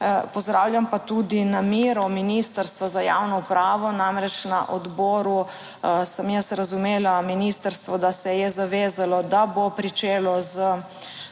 Pozdravljam pa tudi namero Ministrstva za javno upravo, namreč na odboru sem jaz razumela ministrstvo, da se je zavezalo, da bo pričelo z